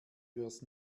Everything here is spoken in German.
fürs